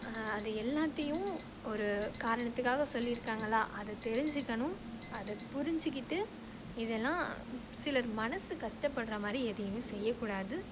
அது எல்லாத்தையும் ஒரு காரணத்துக்காக சொல்லியிருக்காங்களா அது தெரிஞ்சுக்கணும் அதை புரிஞ்சுக்கிட்டு இதெலாம் சிலர் மனசு கஷ்டப்படுற மாதிரி எதையுமே செய்யக்கூடாது